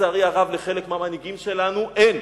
לצערי הרב, לחלק מהמנהיגים שלנו אין.